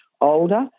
older